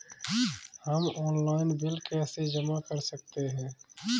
हम online bill कैसे जमा कर सकते हैं?